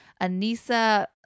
Anissa